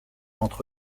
entre